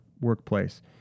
workplace